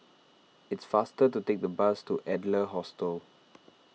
it's faster to take the bus to Adler Hostel